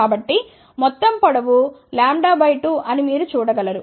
కాబట్టి మొత్తం పొడవు λ బై 2 అని మీరు చూడ గలరు